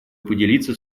поделиться